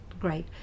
great